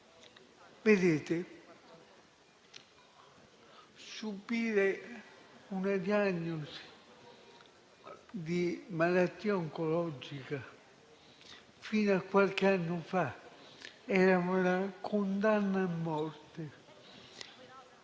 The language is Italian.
Vedete, subire una diagnosi di malattia oncologica fino a qualche anno fa era una condanna a morte.